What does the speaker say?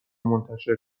منتشر